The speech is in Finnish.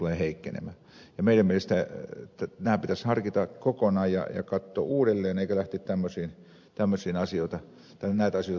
meidän mielestämme nämä pitäisi harkita ja katsoa kokonaan uudelleen eikä lähteä näitä asioita toteuttamaan